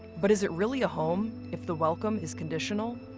but is it really a home if the welcome is conditional?